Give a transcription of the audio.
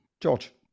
George